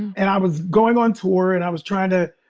and i was going on tour and i was trying to.